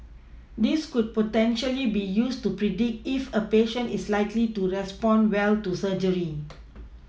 this could potentially be used to predict if a patient is likely to respond well to surgery